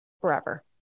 forever